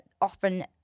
often